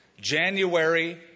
January